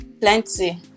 Plenty